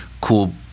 cool